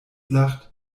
lacht